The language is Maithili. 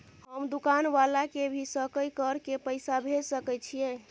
हम दुकान वाला के भी सकय कर के पैसा भेज सके छीयै?